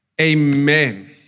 Amen